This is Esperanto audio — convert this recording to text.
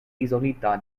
izolita